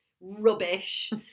rubbish